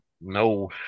No